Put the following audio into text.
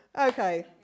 Okay